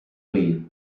lee